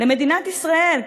למדינת ישראל,